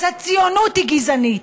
אז הציונות היא גזענית.